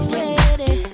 ready